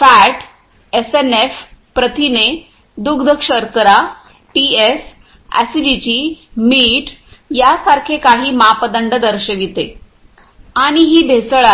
fat SNF प्रथिने दुग्धशर्करा TS acidity मीठ यासारखे काही मापदंड दर्शविते आणि ही भेसळ आहे